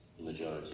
majority